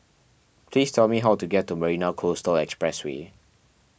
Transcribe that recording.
please tell me how to get to Marina Coastal Expressway